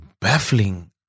baffling